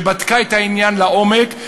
שבדקה את העניין לעומק,